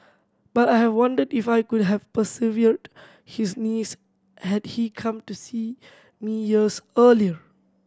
but I have wondered if I could have preserved his knees had he come to see me years earlier